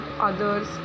others